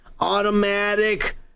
automatic